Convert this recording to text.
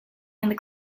and